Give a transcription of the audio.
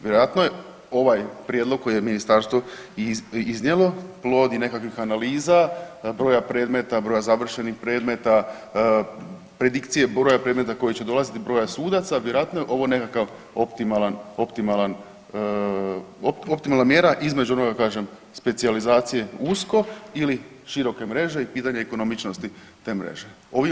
Vjerojatno je ovaj prijedlog koji je ministarstvo iznijelo plod i nekakvih analiza, broja predmeta, broja završenih predmeta, predikcije broja predmeta koji će dolaziti, broja sudaca, vjerojatno je ovo nekakav optimalan, optimalan, optimalna mjera između onoga kažem specijalizacije usko ili široke mreže i pitanje ekonomičnosti te mreže.